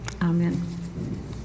Amen